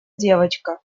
девочка